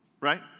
right